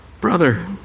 brother